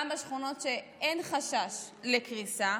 גם בשכונות שאין חשש לקריסה.